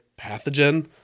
Pathogen